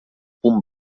punt